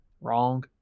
Wrong